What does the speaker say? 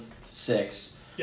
six